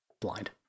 blind